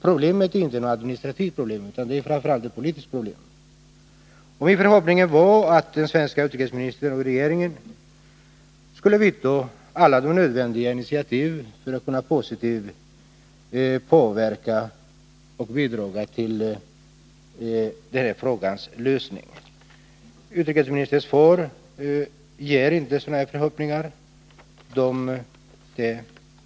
Det är inte ett administrativt problem utan framför allt ett politiskt sådant. Min förhoppning var att den svenske utrikesministern och den svenska regeringen skulle ta alla nödvändiga initiativ för att positivt kunna bidra till denna frågas lösning. Utrikesministerns svar inger inte sådana förhoppningar.